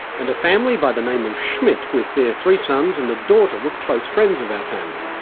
and a family by the name of schmidt, with their three sons and a daughter were close friends of our family.